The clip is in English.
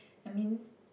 I mean